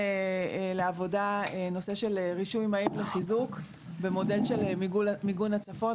לעבודה את הנושא של רישוי מהיר לחיזוק ומודל של מיגון הצפון.